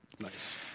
Nice